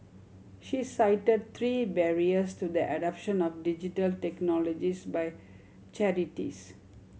she cited three barriers to the adoption of Digital Technologies by charities